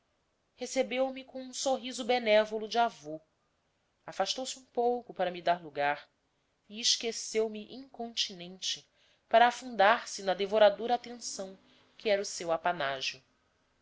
estudos recebeu-me com um sorriso benévolo de avô afastou-se um pouco para me dar lagar e esqueceu me incontinenti para afundar se na devoradora atenção que era o seu